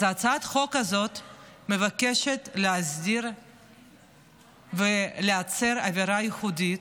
אז הצעת החוק הזאת מבקשת להסדיר ולייצר אווירה ייחודית,